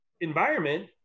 environment